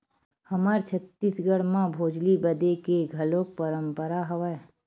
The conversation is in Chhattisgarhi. हमर छत्तीसगढ़ म भोजली बदे के घलोक परंपरा हवय